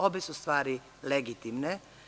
Obe sustvari legitimne.